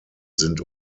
sind